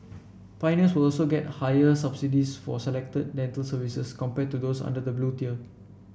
pioneers will also get higher subsidies for selected dental services compared to those under the Blue Tier